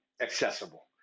accessible